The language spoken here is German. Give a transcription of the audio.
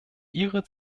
ihre